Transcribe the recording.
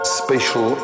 spatial